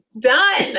done